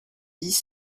dix